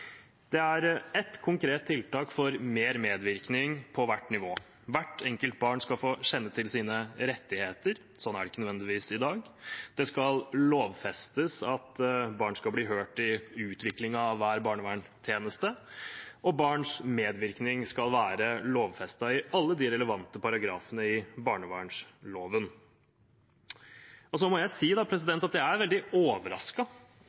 Det er ett konkret tiltak for mer medvirkning på hvert nivå: Hvert enkelt barn skal få kjenne til sine rettigheter – sånn er det ikke nødvendigvis i dag. Det skal lovfestes at barn skal bli hørt i utviklingen av hver barnevernstjeneste. Barns medvirkning skal være lovfestet i alle de relevante paragrafene i barnevernsloven. Jeg må si jeg